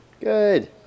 Good